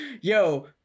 yo